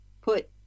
put